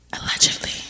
Allegedly